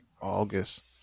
August